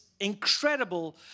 incredible